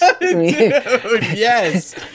yes